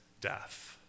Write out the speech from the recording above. death